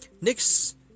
next